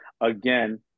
again